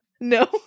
No